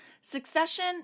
Succession